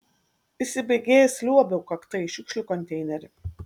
įsibėgėjęs liuobiau kakta į šiukšlių konteinerį